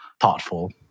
thoughtful